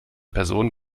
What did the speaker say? person